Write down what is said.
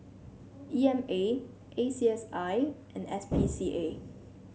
E M A A C S I and S P C A